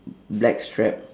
black strap